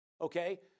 Okay